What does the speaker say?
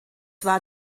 war